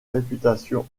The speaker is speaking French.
réputation